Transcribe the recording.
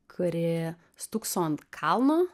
kuri stūkso ant kalno